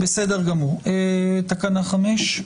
תקנה 5,